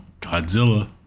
Godzilla